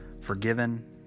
Forgiven